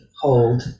hold